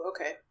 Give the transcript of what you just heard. Okay